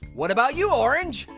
what about you, orange?